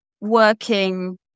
working